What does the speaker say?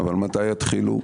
אבל מתי יתחילו?